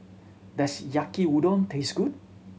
does Yaki Udon taste good